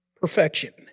perfection